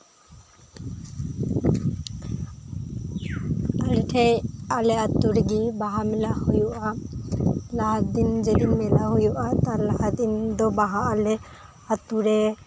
ᱢᱤᱫ ᱴᱷᱮᱱ ᱟᱞᱮ ᱟᱹᱛᱩ ᱨᱮᱜᱮ ᱵᱟᱦᱟ ᱢᱮᱞᱟ ᱦᱩᱭᱩᱜᱼᱟ ᱞᱟᱦᱟ ᱫᱤᱱ ᱡᱮᱫᱤᱱ ᱢᱮᱞᱟ ᱦᱩᱭᱩᱜᱼᱟ ᱛᱟᱨ ᱞᱟᱦᱟ ᱫᱤᱱ ᱫᱚ ᱵᱟᱦᱟᱜ ᱟᱞᱮ ᱟᱹᱛᱩ ᱨᱮ